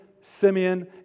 Simeon